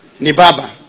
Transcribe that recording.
Nibaba